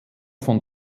von